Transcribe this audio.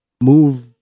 move